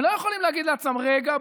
הם לא יכולים להגיד לעצמם: רגע,